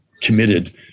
committed